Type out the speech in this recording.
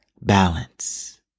balance